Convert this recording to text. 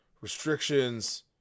restrictions